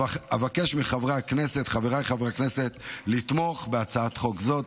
אבקש מחבריי חברי הכנסת לתמוך בהצעת חוק זו.